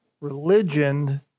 Religion